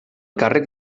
càrrec